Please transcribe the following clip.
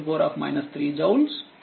25 10 3 joules అవుతుంది